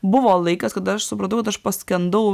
buvo laikas kada aš supratau kad aš paskendau